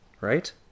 Right